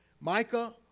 Micah